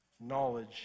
Knowledge